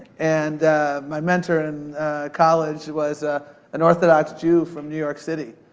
and my mentor in college was ah an orthodox jew from new york city,